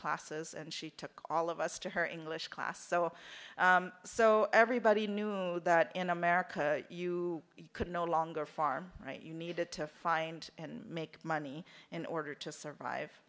classes and she took all of us to her english class so so everybody knew know that in america you could no longer farm right you needed to find and make money in order to